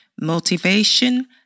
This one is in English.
motivation